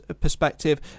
perspective